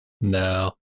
No